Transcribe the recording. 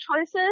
choices